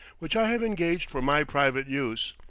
which i have engaged for my private use.